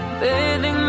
bathing